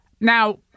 now –